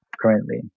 currently